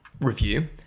review